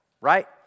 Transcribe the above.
right